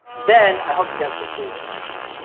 then i hope you guys can see this.